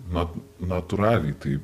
na natūraliai tai